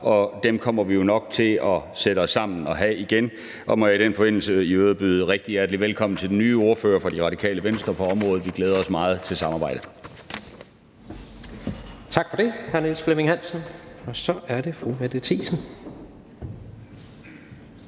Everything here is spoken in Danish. Vi kommer jo nok til at sætte os sammen og have dem igen. Og må jeg i den forbindelse i øvrigt ikke byde rigtig hjertelig velkommen til den nye ordfører på området fra Det Radikale Venstre. Vi glæder os meget til samarbejdet.